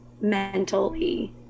mentally